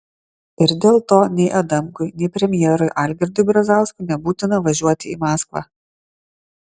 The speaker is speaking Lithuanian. ir dėl to nei adamkui nei premjerui algirdui brazauskui nebūtina važiuoti į maskvą